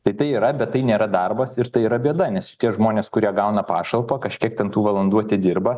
tai tai yra bet tai nėra darbas ir tai yra bėda nes šitie žmonės kurie gauna pašalpą kažkiek ten tų valandų atidirba